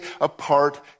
apart